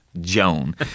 Joan